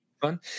fun